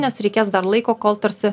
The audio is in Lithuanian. nes reikės dar laiko kol tarsi